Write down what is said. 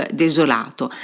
desolato